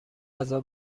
غذا